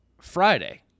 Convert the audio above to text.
Friday